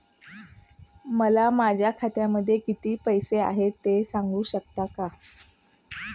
मला माझ्या खात्यामध्ये किती पैसे आहेत ते सांगू शकता का?